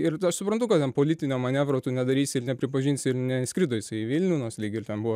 ir aš suprantu kad ten politinio manevro tu nedarysi ir nepripažinsi ir neskrido jisai į vilnių nors lyg ir ten buvo